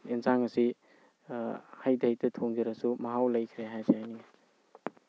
ꯌꯦꯟꯁꯥꯡ ꯑꯁꯤ ꯍꯩꯇ ꯍꯩꯇ ꯊꯣꯡꯖꯔꯁꯨ ꯃꯍꯥꯎ ꯂꯩꯈ꯭ꯔꯦ ꯍꯥꯏꯁꯤ ꯍꯥꯏꯅꯤꯡꯏ